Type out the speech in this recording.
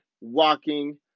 Walking